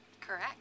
Correct